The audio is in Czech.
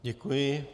Děkuji.